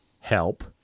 help